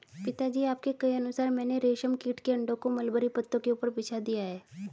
पिताजी आपके कहे अनुसार मैंने रेशम कीट के अंडों को मलबरी पत्तों के ऊपर बिछा दिया है